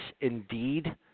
indeed